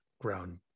ground